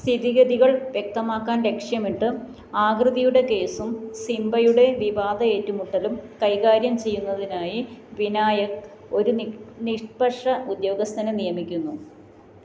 സ്ഥിതിഗതികൾ വ്യക്തമാക്കാൻ ലക്ഷ്യമിട്ട് ആകൃതിയുടെ കേസും സിംബയുടെ വിവാദ ഏറ്റുമുട്ടലും കൈകാര്യം ചെയ്യുന്നതിനായി വിനായക് ഒരു നിക്ഷ്പക്ഷ ഉദ്യോഗസ്ഥനെ നിയമിക്കുന്നു